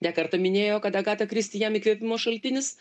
ne kartą minėjo kad agata kristi jam įkvėpimo šaltinis